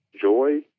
joy